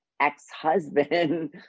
ex-husband